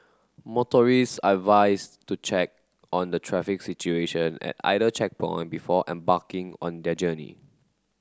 motorists are advised to check on the traffic situation at either checkpoint before embarking on their journey